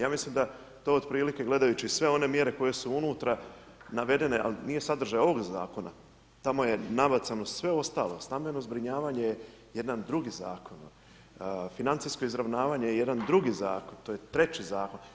Ja mislim da to otprilike gledajući sve one mjere koje su unutra navedene, a nije sadržaj ovog zakona, tamo je nabacano sve ostalo, stambeno-zbrinjavanje je jedan drugi zakon, financijsko izravnavanje je jedan drugi zakon, to je treći zakon.